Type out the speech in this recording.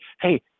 hey –